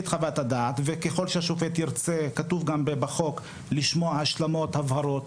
וככל שהשופט ירצה - זה כתוב גם בחוק לשמוע השלמות והבהרות,